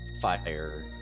fire